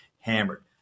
hammered